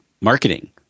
marketing